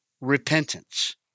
repentance